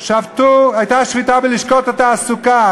הייתה שביתה בלשכות התעסוקה.